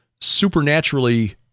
supernaturally